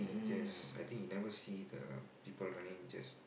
just I think he never see the people running just